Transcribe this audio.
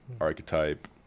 archetype